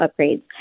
upgrades